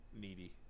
needy